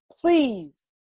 please